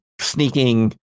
sneaking